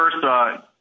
first